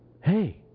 Hey